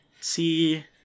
See